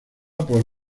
por